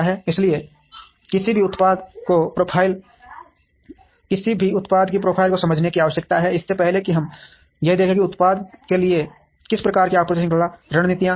इसलिए किसी को उत्पाद की प्रोफ़ाइल को समझने की आवश्यकता है इससे पहले कि हम यह देखें कि उत्पाद के लिए किस प्रकार की आपूर्ति श्रृंखला रणनीतियां हैं